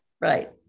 Right